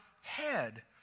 head